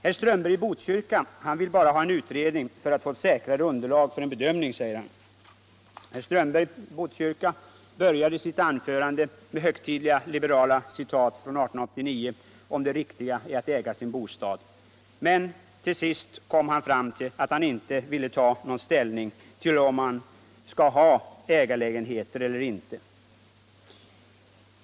Herr Strömberg i Botkyrka vill bara ha en utredning för att få ett säkrare underlag för en bedömning, säger han. Herr Strömberg började sitt anförande med högtidliga liberala citat från 1889 om det riktiga i att äga sin bostad. Men till sist kom han fram till att han inte ville ta ställning till frågan om man skall ha ägarlägenheter eller inte.